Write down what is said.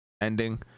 ending